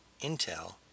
Intel